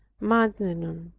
maintenon.